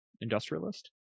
industrialist